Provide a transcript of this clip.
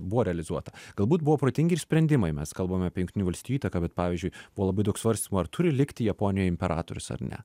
buvo realizuota galbūt buvo protingi ir sprendimai mes kalbame apie jungtinių valstijų įtaką bet pavyzdžiui buvo labai daug svarstymų ar turi likti japonijoj imperatorius ar ne